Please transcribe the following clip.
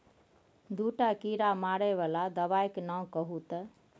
दूटा कीड़ा मारय बला दबाइक नाओ कहू तए